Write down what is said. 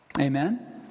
Amen